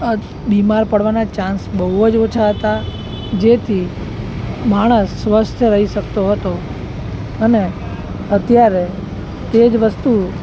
બીમાર પડવાના ચાંસ બહુ જ ઓછા હતા જેથી માણસ સ્વસ્થ રહી શકતો હતો અને અત્યારે તે જ વસ્તુ